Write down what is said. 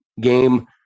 game